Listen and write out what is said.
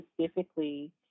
specifically